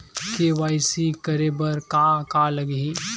KYC करे बर का का लगही?